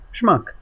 Schmuck